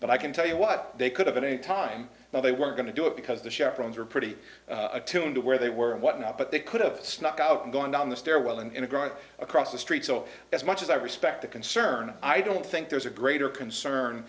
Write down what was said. but i can tell you what they could have at any time but they weren't going to do it because the chaperones were pretty attuned to where they were and whatnot but they could have snuck out and gone down the stairwell and into growth across the street so as much as i respect the concern i don't think there's a greater concern